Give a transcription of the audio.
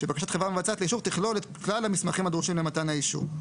ש"בקשת חברה מבצעת לאישור תכלול את כלל המסמכים הדרושים למתן האישור".